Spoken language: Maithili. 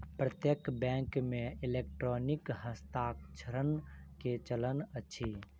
प्रत्यक्ष बैंक मे इलेक्ट्रॉनिक हस्तांतरण के चलन अछि